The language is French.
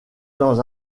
dans